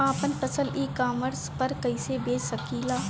आपन फसल e commerce पर कईसे बेच सकिले?